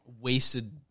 Wasted